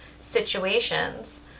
situations